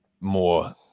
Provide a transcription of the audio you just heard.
more –